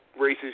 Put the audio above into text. racist